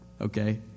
Okay